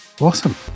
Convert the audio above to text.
Awesome